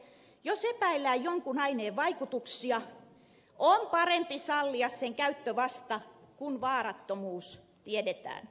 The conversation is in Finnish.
jos epäillään jonkun aineen vaikutuksia on parempi sallia sen käyttö vasta kun vaarattomuus tiedetään